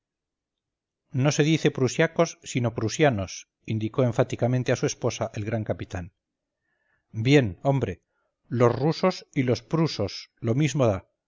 no se dice prusiacos sino prusianos indicó enfáticamente a su esposa el gran capitán bien hombre los rusos y los prusos lo mismo da